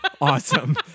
Awesome